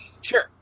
Sure